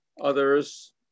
others